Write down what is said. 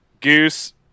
Goose